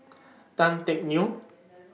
Tan Teck Neo